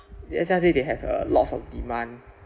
let's just say they have uh lots of demand